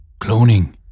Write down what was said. Cloning